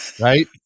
right